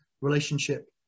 relationship